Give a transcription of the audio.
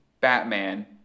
Batman